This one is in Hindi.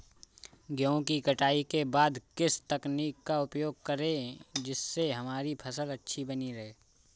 गेहूँ की कटाई के बाद किस तकनीक का उपयोग करें जिससे हमारी फसल अच्छी बनी रहे?